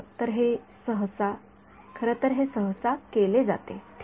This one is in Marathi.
तो एक चांगला अंदाज आहे खरं तर हे सहसा केले जाते ठीक